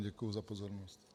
Děkuju za pozornost.